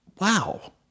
wow